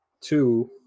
two